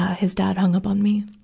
his dad hung up on me,